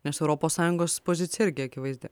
nes europos sąjungos pozicija irgi akivaizdi